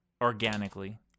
organically